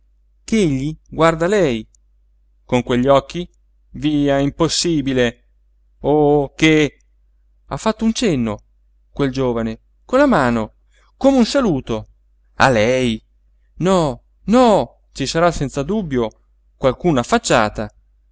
ch'egli guarda lei con quegli occhi via impossibile oh che ha fatto un cenno quel giovine con la mano come un saluto a lei no no ci sarà senza dubbio qualcuna affacciata